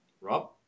Rob